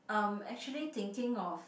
um actually thinking of